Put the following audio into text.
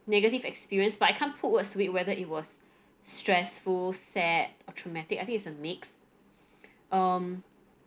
negative experience but I can't put words to it whether it was stressful sad or traumatic I think it's a mix um